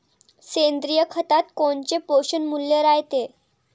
सेंद्रिय खतात कोनचे पोषनमूल्य रायते?